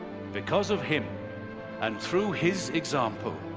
because of him and through his example,